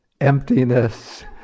emptiness